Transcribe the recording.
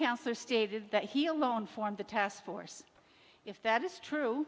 councillor stated that he alone formed the task force if that is true